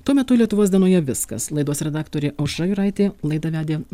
tuo metu lietuvos dienoje viskas laidos redaktorė aušra juraitė laidą vedė